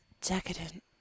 decadent